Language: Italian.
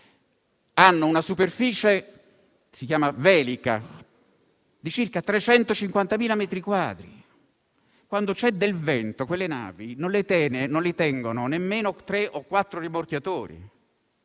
Hanno una superficie velica di circa 350.000 metri quadri. Quando c'è del vento quelle navi non le tengono nemmeno tre o quattro rimorchiatori.